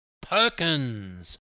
Perkins